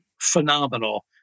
phenomenal